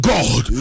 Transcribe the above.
God